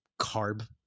carb